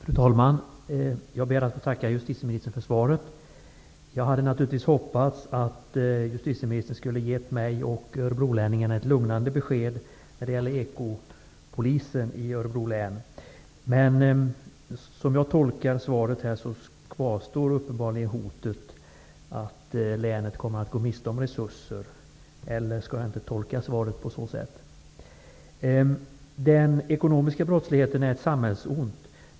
Fru talman! Jag ber att få tacka justitieministern för svaret. Jag hade naturligtvis hoppats att justitieministern skulle ha gett mig och Örebrolänningarna ett lugnande besked när det gäller ekopolisen i Örebro län. Men som jag tolkar svaret kvarstår uppenbarligen hotet att länet kommer att gå miste om resurser. Eller skall jag inte tolka svaret så? Den ekonomiska brottsligheten är ett samhällsont.